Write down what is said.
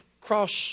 cross